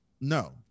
no